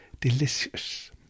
delicious